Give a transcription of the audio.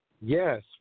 Yes